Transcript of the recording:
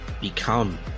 become